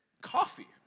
coffee